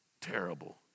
terrible